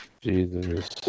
Jesus